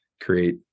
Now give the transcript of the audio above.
create